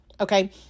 okay